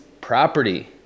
property